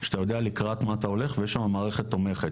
יש לך שם מערכת תומכת